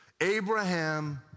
Abraham